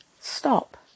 Stop